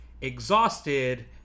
exhausted